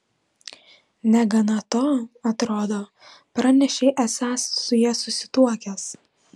negana to atrodo pranešei esąs su ja susituokęs